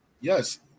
Yes